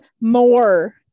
more